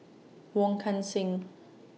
Wong Kan Seng